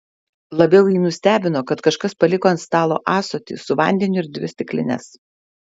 labiau jį nustebino kad kažkas paliko ant stalo ąsotį su vandeniu ir dvi stiklines